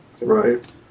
Right